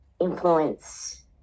influence